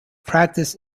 practice